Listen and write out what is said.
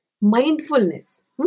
Mindfulness